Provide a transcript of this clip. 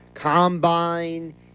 combine